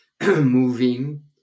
moving